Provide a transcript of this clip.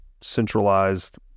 centralized